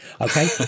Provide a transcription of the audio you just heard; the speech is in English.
Okay